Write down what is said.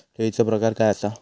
ठेवीचो प्रकार काय असा?